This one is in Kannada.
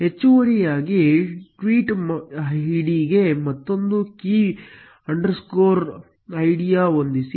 ಹೆಚ್ಚುವರಿಯಾಗಿ ಟ್ವೀಟ್ ಐಡಿಗೆ ಮತ್ತೊಂದು ಕೀ ಅಂಡರ್ಸ್ಕೋರ್ ಐಡಿಯನ್ನು ಹೊಂದಿಸಿ